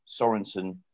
Sorensen